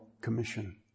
commission